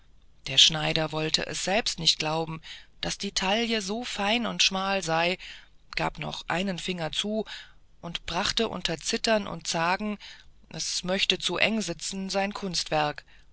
der schneider wollte sich selbst nicht glauben daß die taille so fein und schmal sei gab noch einen finger zu und brachte unter zittern und zagen es möchte zu eng sitzen sein kunstwerk